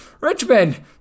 Richmond